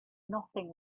nothing